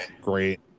Great